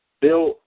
Bill